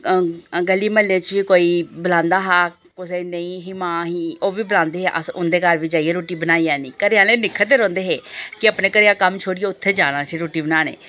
गली म्हल्ले च बी कोई बलांदा हा कुसै दी नेईं ही मां ही ओह्बी बलांदे हे अस उंदे घर बी जाइयै रुट्टी बनाई औनी घरै आह्ले निक्खरदे रौंह्दे हे कि अपने घरै दा कम्म छोड़ियै उत्थै जाना उठी रुट्टी बनाने ई